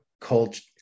culture